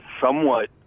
somewhat